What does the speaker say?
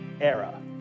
era